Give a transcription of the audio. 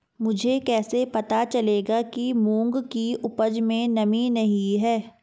मुझे कैसे पता चलेगा कि मूंग की उपज में नमी नहीं है?